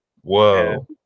Whoa